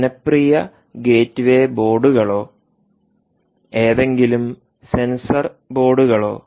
ജനപ്രിയ ഗേറ്റ്വേ ബോർഡുകളോ ഏതെങ്കിലും സെൻസർ ബോർഡുകളോ